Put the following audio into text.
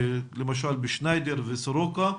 למשל בשניידר ובסורוקה,